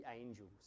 angels